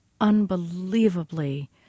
unbelievably